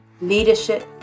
Leadership